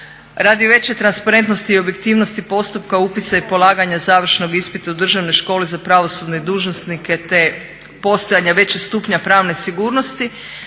Radi veće transparentnosti i objektivnosti postupka upisa i polaganja završnog ispita u Državnoj školi za pravosudne dužnosnike te postojanja većeg stupnja pravne sigurnosti